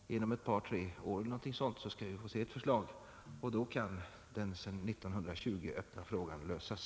Inom ett par tre år eller någonting sådant skall vi få se ett förslag, och då kan den sedan 1920 öppna frågan lösas.